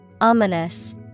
Ominous